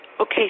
okay